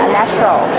natural